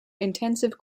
intensive